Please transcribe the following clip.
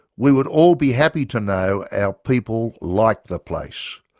we would all be happy to know our people like the place!